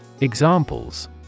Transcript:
Examples